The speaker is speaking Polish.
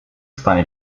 stanie